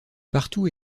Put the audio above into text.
partout